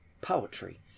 poetry